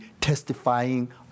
testifying